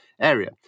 area